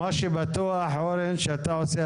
המכז"מים שיפעלו באמצעות